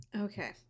Okay